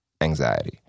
anxiety